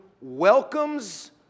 welcomes